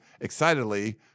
excitedly